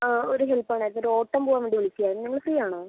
ആ ഒരു ഹെൽപ്പ് വേണമായിരുന്നു ഒരു ഓട്ടം പോവാൻ വേണ്ടി വിളിച്ച ആയിരുന്നു നിങ്ങള് ഫ്രീ ആണോ